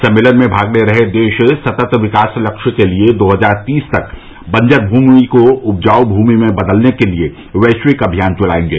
सम्मेलन में भाग ले रहे देश सतत विकास लक्ष्य के जरिये दो हजार तीस तक बंजर भूमि को उपजाऊ भूमि में बदलने के लिए वैश्विक अभियान चलाएंगे